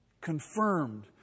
Confirmed